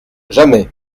jamais